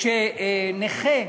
כשנכה,